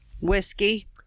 Whiskey